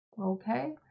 okay